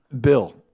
Bill